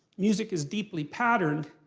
music is deeply patterned,